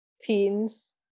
teens